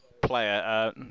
player